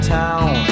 town